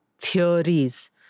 theories